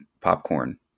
popcorn